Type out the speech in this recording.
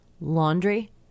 laundry